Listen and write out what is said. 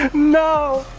no